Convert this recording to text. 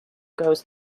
goes